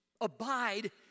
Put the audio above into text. Abide